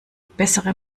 bessere